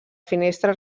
finestra